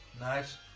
nice